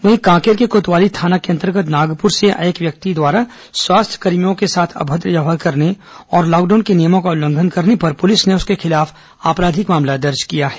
वहीं कांकेर के कोतवाली थाना अंतर्गत नागपुर से आए एक व्यक्ति द्वारा स्वास्थ्यकर्मियों के साथ अभद्र व्यवहार करने और लॉकडाउन के नियमों का उल्लंघन करने पर पुलिस ने उसके खिलाफ आपराधिक मामला दर्ज किया है